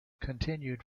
continued